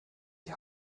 die